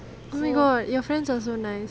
oh my god your friends are so nice